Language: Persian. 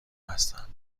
هستند